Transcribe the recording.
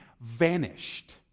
vanished